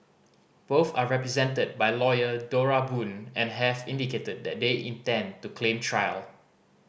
both are represented by lawyer Dora Boon and have indicated that they intend to claim trial